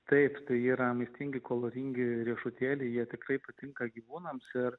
taip tai yra maistingi kaloringi riešutėliai jie tikrai patinka gyvūnams ir